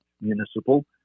municipal